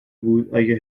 بود، اگه